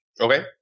Okay